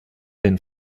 den